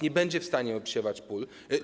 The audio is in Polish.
Nie będzie w stanie obsiewać pól.